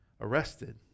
arrested